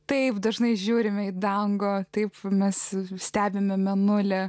taip dažnai žiūrime į dangų taip mes stebime mėnulį